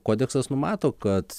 kodeksas numato kad